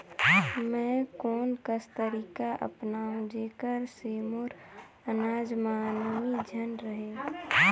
मैं कोन कस तरीका अपनाओं जेकर से मोर अनाज म नमी झन रहे?